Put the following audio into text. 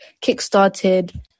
kick-started